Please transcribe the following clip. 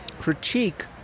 critique